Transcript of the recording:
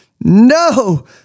No